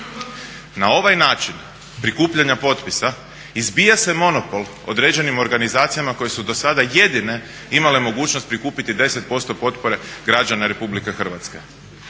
na ovaj način prikupljanja potpisa izbija se monopol određenim organizacijama koje su dosada jedine imale mogućnost prikupiti 10% potpore građana RH. Danas